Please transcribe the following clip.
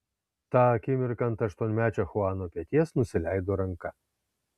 tą akimirką ant aštuonmečio chuano peties nusileido ranka